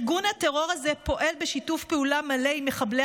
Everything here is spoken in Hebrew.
ארגון הטרור הזה פועל בשיתוף פעולה מלא עם מחבלי